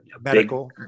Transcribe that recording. medical